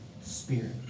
Spirit